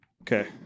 Okay